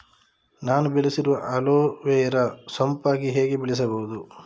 ನಾನು ಬೆಳೆಸಿರುವ ಅಲೋವೆರಾ ಸೋಂಪಾಗಿ ಹೇಗೆ ಬೆಳೆಸಬಹುದು?